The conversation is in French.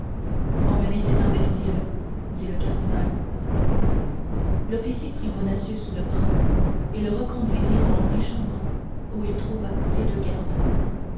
emmenez cet imbécile dit le cardinal l'officier prit bonacieux sous le bras et le reconduisit dans l'antichambre où il trouva ses deux gardes